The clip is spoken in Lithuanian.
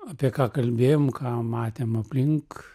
apie ką kalbėjom ką matėm aplink